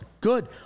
good